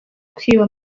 kwiba